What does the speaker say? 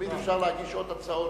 תמיד אפשר להגיש עוד הצעות